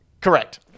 Correct